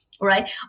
right